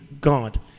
God